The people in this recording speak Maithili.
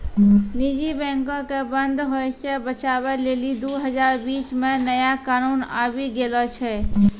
निजी बैंको के बंद होय से बचाबै लेली दु हजार बीस मे नया कानून आबि गेलो छै